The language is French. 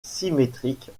symétriques